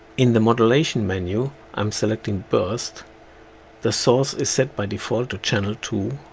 in the modulation menu i am selecting burst the source is set by default to channel two